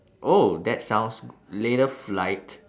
oh that sounds g~ later flight